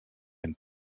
and